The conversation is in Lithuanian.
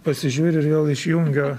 pasižiūriu ir vėl išjungiu